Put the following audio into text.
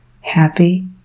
happy